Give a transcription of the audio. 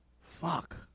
Fuck